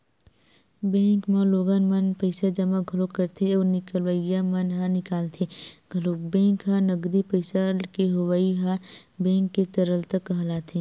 bank म लोगन मन पइसा जमा घलोक करथे अउ निकलइया मन ह निकालथे घलोक बेंक म नगदी पइसा के होवई ह बेंक के तरलता कहलाथे